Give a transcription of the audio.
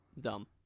Dumb